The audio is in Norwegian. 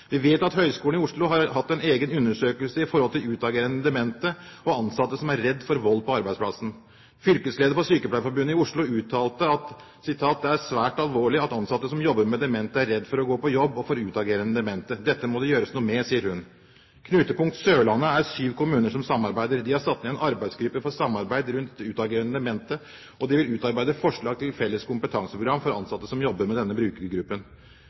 Vi vet at Høgskolen i Oslo har hatt en egen undersøkelse om utagerende demente og ansatte som er redde for vold på arbeidsplassen. Fylkeslederen for Sykepleierforbundet i Oslo uttalte at «det er svært alvorlig at ansatte som jobber med demente er redde for å gå på jobb og for utagerende demente». Videre sa hun at dette må det gjøres noe med. Knutepunkt Sørlandet er syv kommuner som samarbeider. De har satt ned en arbeidsgruppe for samarbeid rundt utagerende demente, og de vil utarbeide forslag til et felles kompetanseprogram for ansatte som jobber med denne brukergruppen.